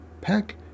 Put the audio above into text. Pack